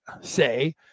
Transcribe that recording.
say